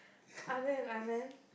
Anand Anand